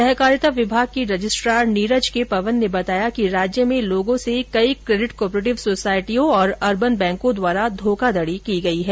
सहकारिता विभाग के रजिस्ट्रार नीरज के पवन ने बताया कि राज्य में लोगों से कई क्रेडिट को ऑपरेटिव सोसायटियों और अरबन बैंकों द्वारा धोखाधड़ी की गई है